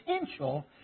potential